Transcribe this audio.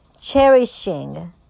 cherishing